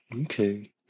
okay